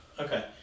okay